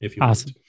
Awesome